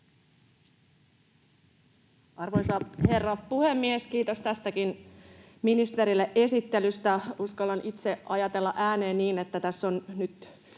Arvoisa herra puhemies! Kiitos tästäkin esittelystä ministerille. Uskallan itse ajatella ääneen niin, että tässä on nyt